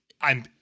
I'm-